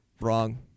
Wrong